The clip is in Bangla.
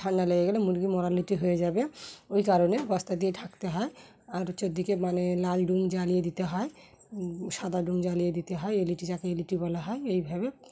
ঠান্ডা লেগে গেলে মুরগি হয়ে যাবে ওই কারণে বস্তা দিয়ে ঢাকতে হয় আর চারদিকে মানে লাল ডুং জ্বালিয়ে দিতে হয় সাদা ডুং জ্বালিয়ে দিতে হয় যাকে এল ই ডি বলা হয় এইভাবে